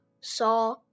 saw